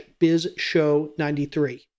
bizshow93